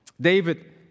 David